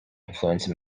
influence